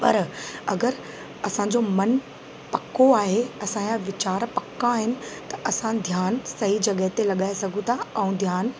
पर अगरि असांजो मनु पको आहे असांजा वीचार पका आहिनि त असां ध्यानु सही जॻहि ते लगाए सघूं था ऐं ध्यानु